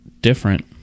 different